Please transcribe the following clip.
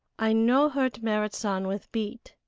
i no hurt merrit san with beat,